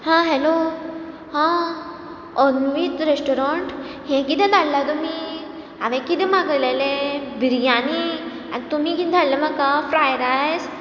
हा हॅलो हा अन्वीत रेस्टोरंट हें किदें धाडलां तुमी हांवें किदें मागयलेलें बिरयानी आनी तुमी किदें धाडला म्हाका फ्राय रायस